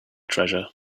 treasure